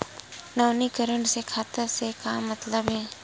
नवीनीकरण से खाता से का मतलब हे?